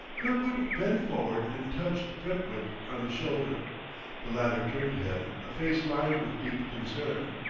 kirkwood bent forward and touched brentwick on the shoulder the latter turned to him a face lined with deep concern.